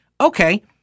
Okay